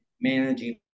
managing